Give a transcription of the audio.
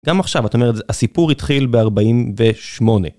גם עכשיו, את אומרת, הסיפור התחיל ב-48.